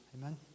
Amen